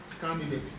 candidate